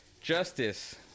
justice